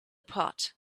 pot